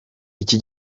iki